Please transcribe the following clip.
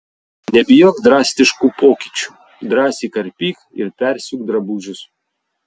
nebijok drastiškų pokyčių drąsiai karpyk ir persiūk drabužius